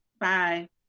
bye